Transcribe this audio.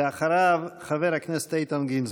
אחריו, חבר הכנסת איתן גינזבורג.